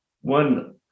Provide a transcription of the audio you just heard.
one